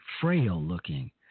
frail-looking